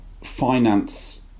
finance